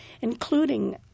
including –